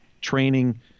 training